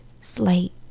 slate